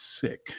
Sick